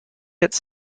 its